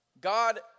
God